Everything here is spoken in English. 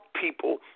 people